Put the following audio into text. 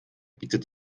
bietet